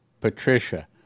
Patricia